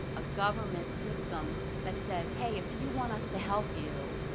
a government system that says, hey, if you want us to help you,